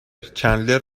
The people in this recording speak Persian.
چندلر